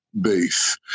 base